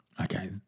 Okay